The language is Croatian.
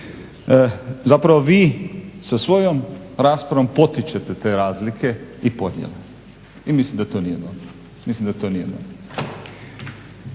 Zapravo vi sa svojom raspravom potičete te razlike i podjele i mislim da to nije